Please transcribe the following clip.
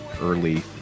early